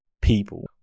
people